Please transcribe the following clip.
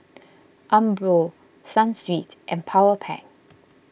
Umbro Sunsweet and Powerpac